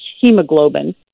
hemoglobin